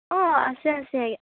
অঁ আছে আছে